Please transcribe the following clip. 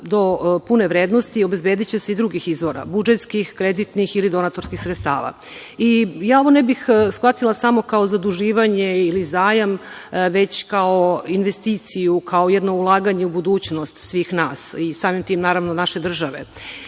do pune vrednosti obezbediće se iz drugih izvora budžetskih, kreditnih ili donatorskih sredstava. Ja ovo ne bih shvatila kao zaduživanje ili zajam, već kao investiciju, kao jedno ulaganje u budućnost svih nas i samim tim naravno naše